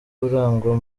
urangwa